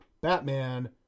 Batman